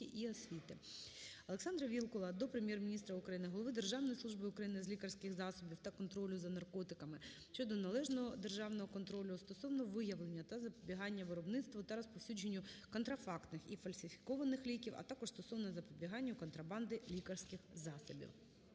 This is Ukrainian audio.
Олександра Вілкула до Прем'єр-міністра України, голови Державної служби України з лікарських засобів та контролю за наркотиками щодо належного державного контролю стосовно виявлення та запобігання виробництву та розповсюдженню контрафактних і фальсифікованих ліків, а також стосовно запобіганню контрабанді лікарських засобів.